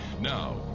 Now